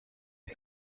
iyi